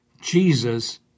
Jesus